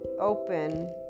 open